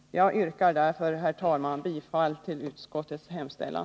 Jag yrkar, herr talman, bifall till utskottets hemställan.